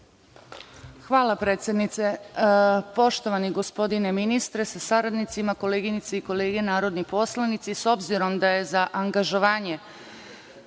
Hvala, predsednice. Poštovani gospodine ministre sa saradnicima, koleginice i kolege narodni poslanici, s obzirom da je za angažovanje